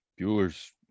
Bueller's